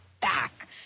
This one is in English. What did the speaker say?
back